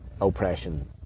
oppression